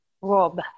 Rob